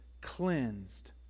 Cleansed